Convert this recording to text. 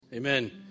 Amen